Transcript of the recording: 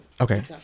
Okay